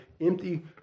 empty